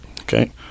Okay